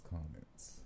Comments